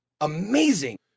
amazing